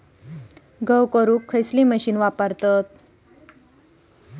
गहू करण्यासाठी कोणती मशीन वापरतात?